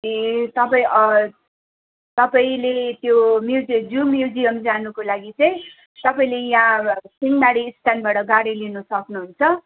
ए तपाईँ तपाईँले त्यो म्युजियम जू म्युजियम जानुको लागि चाहिँ तपाईँले यहाँ अब सिंहमारी स्ट्यान्डबाट गाडी लिनु सक्नु हुन्छ